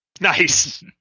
Nice